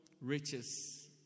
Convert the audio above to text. riches